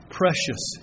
precious